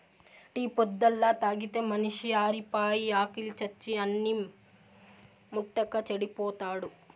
tea పొద్దల్లా తాగితే మనిషి ఆరిపాయి, ఆకిలి సచ్చి అన్నిం ముట్టక చెడిపోతాడు